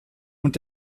und